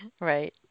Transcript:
Right